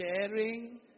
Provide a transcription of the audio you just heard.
sharing